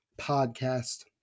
Podcast